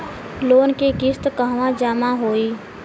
Loan के किस्त कहवा जामा होयी?